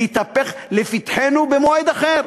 להתהפך לפתחנו במועד אחר.